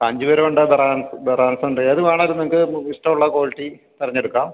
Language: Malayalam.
കാഞ്ചീപുരം ഉണ്ട് വേറെ ബനാറസുണ്ട് ഏത് വേണമെങ്കിലും നിങ്ങൾക്ക് ഇഷ്ടമുള്ള ക്വാളിറ്റി തിരഞ്ഞെടുക്കാം